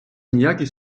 ніякий